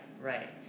right